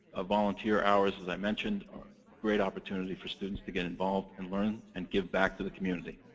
volunteer hours, as i mentioned, are a great opportunity for students to get involved and learn and give back to the community.